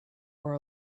for